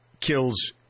kills